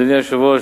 אדוני היושב-ראש,